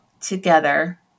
together